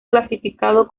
clasificado